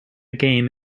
game